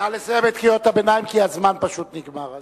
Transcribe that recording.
נא לסיים את קריאות הביניים, כי הזמן פשוט נגמר.